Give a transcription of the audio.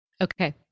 Okay